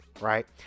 right